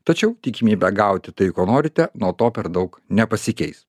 tačiau tikimybę gauti tai ko norite nuo to per daug nepasikeis